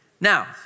Now